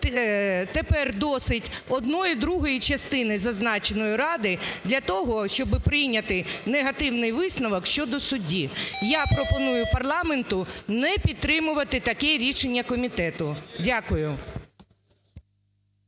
тепер досить одної другої частини зазначеної ради для того, щоби прийняти негативний висновок щодо судді. Я пропоную парламенту не підтримувати таке рішення комітету. Дякую.